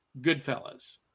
Goodfellas